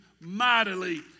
mightily